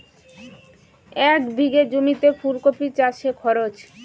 এক বিঘে জমিতে ফুলকপি চাষে খরচ?